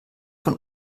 von